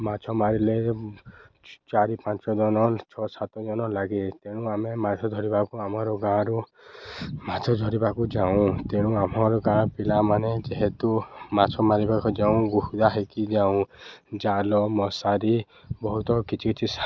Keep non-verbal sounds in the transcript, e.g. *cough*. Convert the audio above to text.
ମାଛ ମାରିଲେ ଚାରି ପାଞ୍ଚ ଜଣ ଛଅ ସାତ ଜଣ ଲାଗେ ତେଣୁ ଆମେ ମାଛ ଧରିବାକୁ ଆମର ଗାଁରୁ ମାଛ ଧରିବାକୁ ଯାଉ ତେଣୁ ଆମର ଗାଁ ପିଲାମାନେ ଯେହେତୁ ମାଛ ମାରିବାକୁ ଯାଉ *unintelligible* ହେଇକି ଯାଉ ଜାଲ ମଶାରି ବହୁତ କିଛି କିଛି